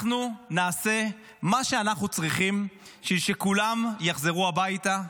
אנחנו נעשה מה שאנחנו צריכים בשביל שכולם יחזרו הביתה,